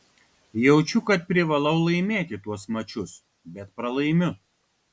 jaučiu kad privalau laimėti tuos mačus bet pralaimiu